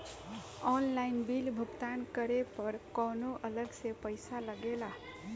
Online bill भुगतान करे पर कौनो अलग से पईसा लगेला?